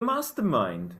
mastermind